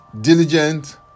diligent